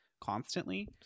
constantly